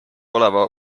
oleva